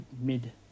mid